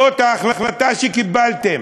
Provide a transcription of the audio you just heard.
זאת ההחלטה שקיבלתם.